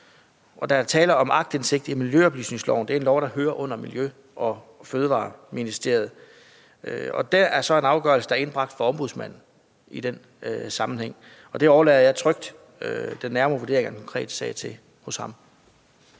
Der er tale om aktindsigt i miljøoplysningsloven – det er en lov, der hører under Miljø- og Fødevareministeriet – og der er så en afgørelse, der er indbragt for Ombudsmanden i den sammehæng, og dem overlader jeg trygt den nærmere vurdering af den konkrete sag til. Kl.